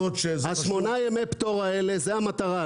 שמונת ימי פטור האלה זו המטרה,